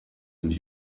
and